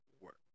work